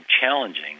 challenging